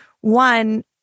One